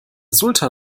sultan